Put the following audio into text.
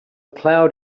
cloud